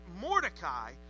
Mordecai